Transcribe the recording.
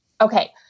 Okay